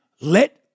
Let